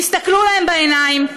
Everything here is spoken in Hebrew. תסתכלו להם בעיניים.